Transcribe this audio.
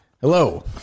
Hello